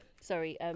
Sorry